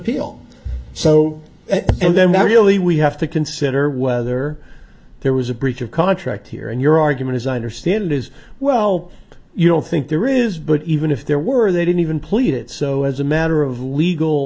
l so and then not really we have to consider whether there was a breach of contract here and your argument as i understand it is well you don't think there is but even if there were they didn't even plead it so as a matter of legal